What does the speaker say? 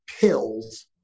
pills